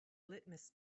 litmus